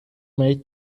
made